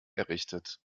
errichtet